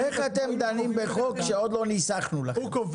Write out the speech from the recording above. איך אתם דנים בחוק שעוד לא ניסחנו לכם?